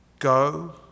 go